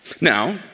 Now